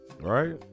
Right